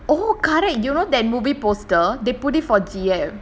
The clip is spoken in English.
oh correct you know that movie poster they put it for G_A